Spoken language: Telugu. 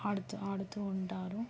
ఆడుతూ ఆడుతూ ఉంటారు